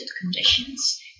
conditions